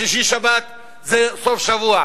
שישי-שבת זה סוף-שבוע.